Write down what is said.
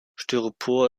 styropor